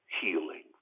healing